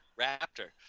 raptor